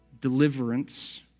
deliverance